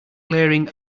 glaring